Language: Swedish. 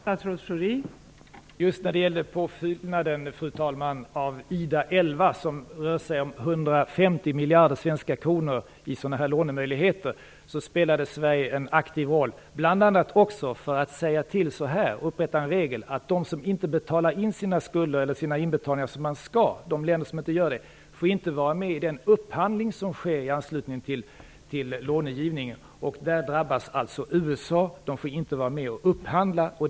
Fru talman! Det jag var på väg att nämna förut var alltså en påfyllnad av IDA 11, som rör sig om 150 miljarder svenska kronor i lånemöjligheter. Just här spelade Sverige en aktiv roll, bl.a. genom att bidra till upprättandet av en regel som säger att de länder som inte betalar sina skulder och inte sköter sina inbetalningar inte heller får vara med i den upphandling som sker i anslutning till långivningen. Här drabbas alltså USA, som inte får vara med och upphandla.